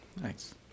Thanks